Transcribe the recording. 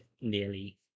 nearly